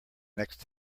next